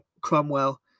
Cromwell